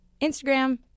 Instagram